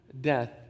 death